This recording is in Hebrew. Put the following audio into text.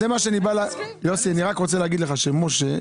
ייאמר לזכותו של משה,